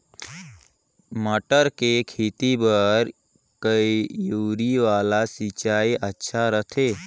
मटर के खेती बर क्यारी वाला सिंचाई अच्छा रथे?